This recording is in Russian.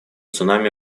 цунами